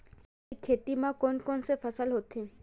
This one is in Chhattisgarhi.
जैविक खेती म कोन कोन से फसल होथे?